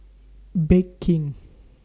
Bake King